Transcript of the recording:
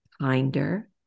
kinder